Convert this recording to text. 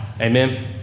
Amen